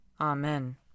Amen